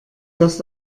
das